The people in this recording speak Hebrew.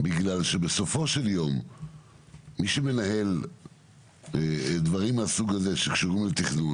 בגלל שבסופו של יום מי שמנהל דברים מהסוג הזה שקשורים לתכנון,